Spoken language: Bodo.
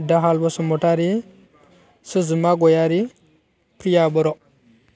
दाहाल बसुमतारी सुजुमा गयारी किया बर